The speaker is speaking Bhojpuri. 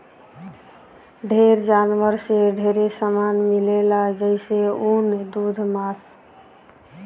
ढेर जानवर से ढेरे सामान मिलेला जइसे ऊन, दूध मांस